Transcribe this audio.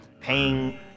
paying